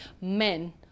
men